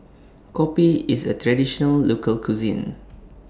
Kopi IS A Traditional Local Cuisine